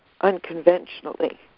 unconventionally